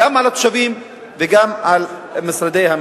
משתמשים בתקנה לא נכונה, לא מוכנים לשנות את